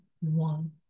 one